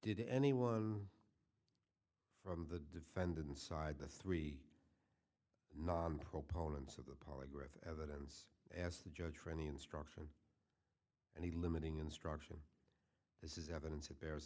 did anyone from the defendant's side the three non proponents of the program evidence ask the judge for any instruction and he limiting instruction this is evidence of bears